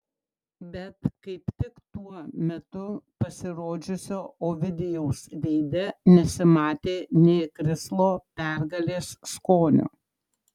bet kaip tik tuo metu pasirodžiusio ovidijaus veide nesimatė nė krislo pergalės skonio